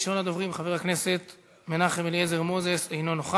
אנחנו עוברים לסעיף הבא שעל סדר-היום: